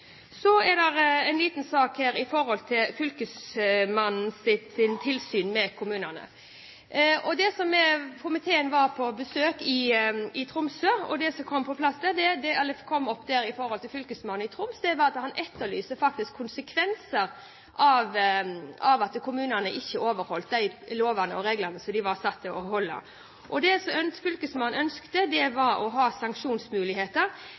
Så er det en liten sak angående fylkesmannens tilsyn med kommunene. Komiteen var på besøk i Tromsø, og det som kom opp der i forhold til fylkesmannen i Troms, var at han faktisk etterlyste konsekvenser av at kommunene ikke overholdt de lovene og reglene som de var satt til å holde. Det som fylkesmannen ønsket, var å ha sanksjonsmuligheter. Det